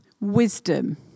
wisdom